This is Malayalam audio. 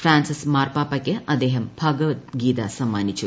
ഫ്രാൻസിസ് മാർപ്പാപ്പയ്ക്ക് അദ്ദേഹം ഭഗവത്ഗീത സമ്മാനിച്ചു